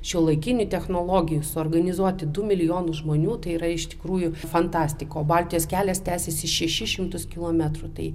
šiuolaikinių technologijų suorganizuoti du milijonus žmonių tai yra iš tikrųjų fantastika o baltijos kelias tęsėsi šešis šimtus kilometrų tai